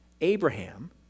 Abraham